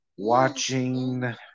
Watching